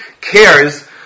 cares